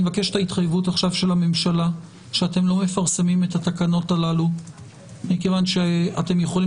התחייבות הממשלה שאתם לא מפרסמים את התקנות הללו - מכיוון שאתם יכולים